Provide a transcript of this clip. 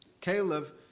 Caleb